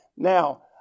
Now